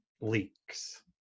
leaks